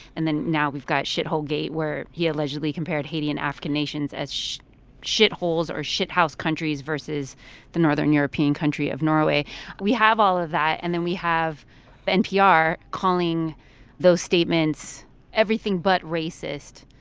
and then now we've got shithole gate, where he allegedly compared haiti and african nations as shitholes or shit-house countries versus the northern european country of norway. we have all of that, and then we have npr calling those statements everything but racist.